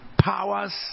powers